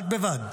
בד בבד,